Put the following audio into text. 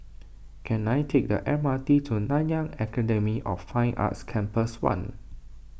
can I take the M R T to Nanyang Academy of Fine Arts Campus one